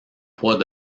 poids